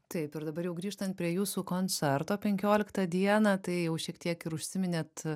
taip ir dabar jau grįžtant prie jūsų koncerto penkioliktą dieną tai jau šiek tiek ir užsiminėt